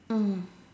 mm